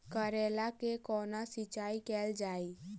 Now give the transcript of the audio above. करैला केँ कोना सिचाई कैल जाइ?